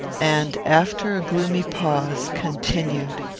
and, after a gloomy pause, continued